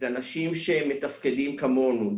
זה אנשים שמתפקדים כמונו,